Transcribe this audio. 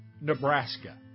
Nebraska